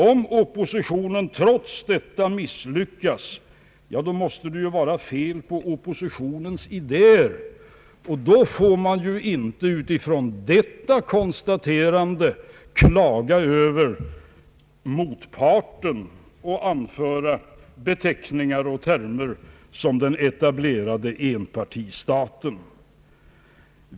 Om oppositionen trots det misslyckas, ja, då måste det ju vara fel på oppositionens idéer. Men misslyckandet ger inte skäl för att klaga över motparten och använda beteckningar som »den etablerade enpartistaten».